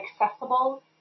accessible